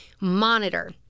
monitor